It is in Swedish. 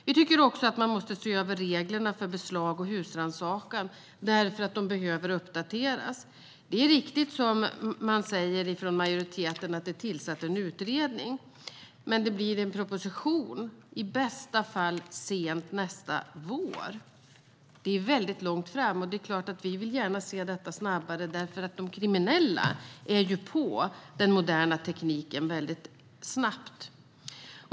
Vi tycker också att man måste se över reglerna för beslag och husrannsakan, för de behöver uppdateras. Det är riktigt som regeringssidan säger: En utredning är tillsatt. Men det blir en proposition i bästa fall sent nästa vår. Det är väldigt långt fram, och det är klart att vi gärna vill se detta snabbare eftersom de kriminella är inne på den moderna tekniken väldigt snabbt.